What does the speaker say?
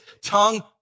tongue